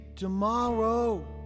Tomorrow